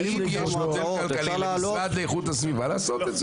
האם יש לכם למשרד לאיכות המשרד לעשות את זה?